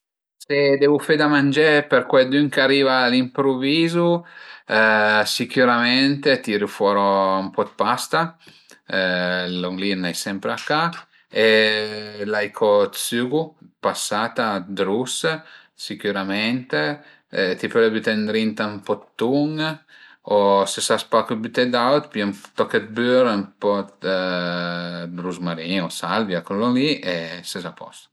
Se devu fe da mangé për cuaidün ch'ariva a l'impruvizu sicurüment tiru fora ën po d'pasta, lon lì ën ai sempre a ca e l'ai co d'sügu, passata rus sicürament, t'i pöle büté ëndrinta ën po d'tun o se sas pa co büté d'aut, pìe ün toch d'bür o ën po d'ruzmarin o salvia lon le e ses a post